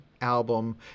album